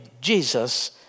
Jesus